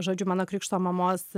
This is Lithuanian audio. žodžiu mano krikšto mamos